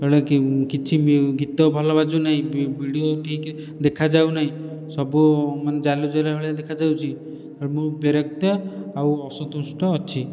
ବେଳେକି କିଛି ବି ଗୀତ ଭଲ ବାଜୁ ନାହିଁ ଭିଡ଼ିଓ ଠିକ ଦେଖା ଯାଉନାହିଁ ସବୁ ମାନେ ଜାଲ ଜାଲ ଭଳିଆ ଦେଖା ଯାଉଛି ଆଉ ମୁଁ ବିରକ୍ତ ଆଉ ଅସନ୍ତୁଷ୍ଟ ଅଛି